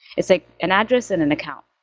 it's like an address and an account.